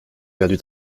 perdu